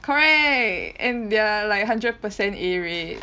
correct and they're like hundred percent A rate